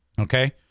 Okay